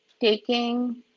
taking